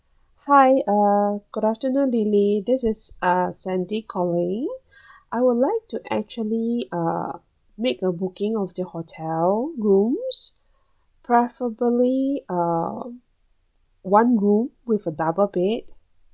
hi uh good afternoon lily this is uh sandy calling I would like to actually uh make a booking of the hotel rooms preferably uh one room with a double bed